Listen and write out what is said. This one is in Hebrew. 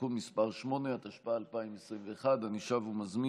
(תיקון מס' 8), התשפ"א 2021. אני שב ומזמין